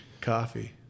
coffee